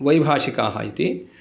वैभाषिकाः इति